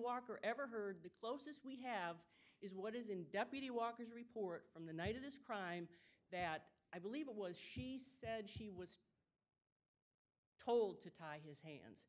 walker ever heard the closest we have is what is in deputy walker's report from the night of this crime that i believe it was she said she was told to tie his hands